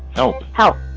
no. how?